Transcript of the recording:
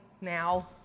now